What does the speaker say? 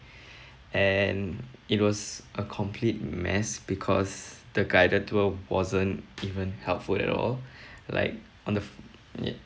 and it was a complete mess because the guided tour wasn't even helpful at all like on the